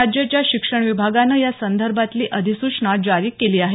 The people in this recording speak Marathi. राज्याच्या शिक्षण विभागानं या संदर्भातली अधिसूचना जारी केली आहे